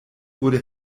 wurde